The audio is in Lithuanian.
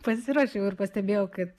pasiruošiau ir pastebėjau kad